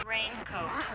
Raincoat